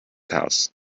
house